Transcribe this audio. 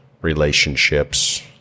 relationships